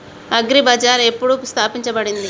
Agri బజార్ ఎప్పుడు స్థాపించబడింది?